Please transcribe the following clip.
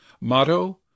Motto